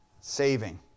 saving